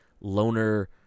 loner